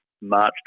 March